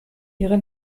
ihre